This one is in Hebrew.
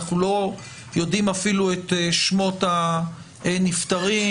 לא יודעים אפילו את שמות הנפטרים,